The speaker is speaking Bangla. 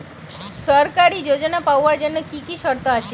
সরকারী যোজনা পাওয়ার জন্য কি কি শর্ত আছে?